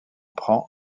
prend